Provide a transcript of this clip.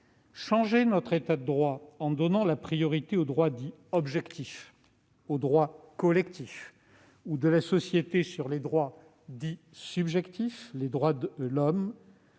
changer notre État de droit en donnant la priorité aux droits dits « objectifs », c'est-à-dire aux droits collectifs ou de la société sur les droits dits « subjectifs », c'est-à-dire les droits de l'homme,